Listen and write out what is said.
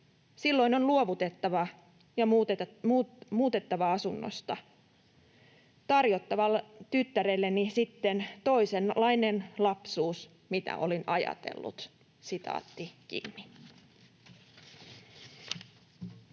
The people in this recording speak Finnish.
Silloin on luovutettava ja muutettava asunnosta ja tarjottava tyttärelleni sitten toisenlainen lapsuus, mitä olin ajatellut.” [Speech 215]